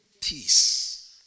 peace